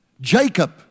Jacob